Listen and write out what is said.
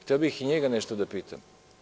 Hteo bih i njega nešto da pitam.